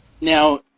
Now